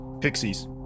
Pixies